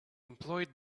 employed